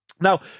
Now